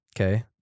Okay